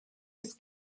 des